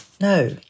no